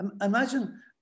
Imagine